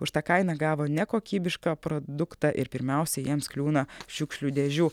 už tą kainą gavo nekokybišką produktą ir pirmiausia jiems kliūna šiukšlių dėžių